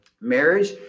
Marriage